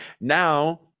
Now